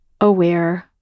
aware